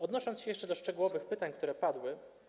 Odniosę się jeszcze do szczegółowych pytań, które padły.